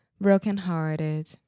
brokenhearted